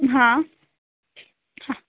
हां हां